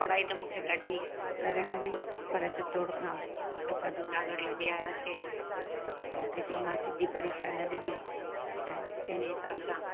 पढ़ाई त मूंखे ॾाढी करणी हुई पर चितौड़ खां असां जूनागढ़ लॾे आयासीं त उते छहमासि जी परीक्षा न ॾिनी त हिन हिसाब सां